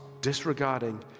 disregarding